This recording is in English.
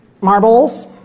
marbles